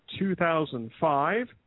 2005